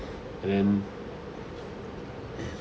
and then